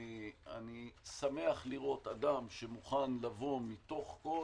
אני שמח לראות אדם שמוכן לבוא מתוך כל